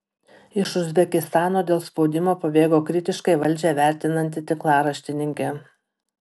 iš uzbekistano dėl spaudimo pabėgo kritiškai valdžią vertinanti tinklaraštininkė